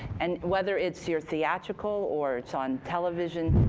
and whether it's your theatrical or it's on television,